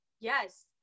yes